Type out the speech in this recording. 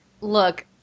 look